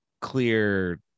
clear